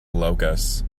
locusts